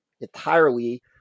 entirely